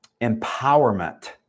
Empowerment